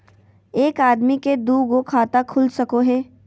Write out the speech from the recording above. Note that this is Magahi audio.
एक आदमी के दू गो खाता खुल सको है?